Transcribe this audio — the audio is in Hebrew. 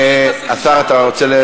השר, אתה רוצה?